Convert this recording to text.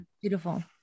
beautiful